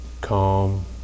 calm